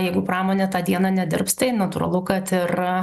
jeigu pramonė tą dieną nedirbs tai natūralu kad ir